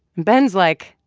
ben's like,